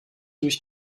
durch